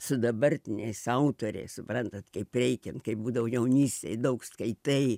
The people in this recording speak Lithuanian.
su dabartiniais autoriais suprantat kaip reikiant kaip būdavo jaunystėj daug skaitai